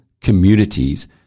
communities